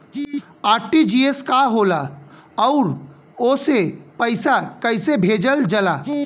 RTGS का होला आउरओ से पईसा कइसे भेजल जला?